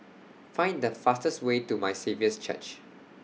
Find The fastest Way to My Saviour's Church